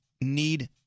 need